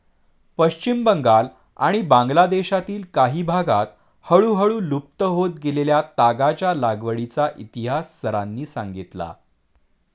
पश्चिम बंगाल आणि बांगलादेशातील काही भागांत हळूहळू लुप्त होत गेलेल्या तागाच्या लागवडीचा इतिहास सरांनी सांगितला